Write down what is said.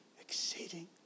exceeding